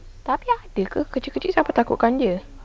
tapi ada ke kecil-kecil siapa takutkan dia